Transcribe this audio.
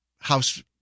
house